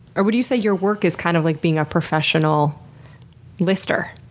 or would you say your work is kind of like being a professional lister?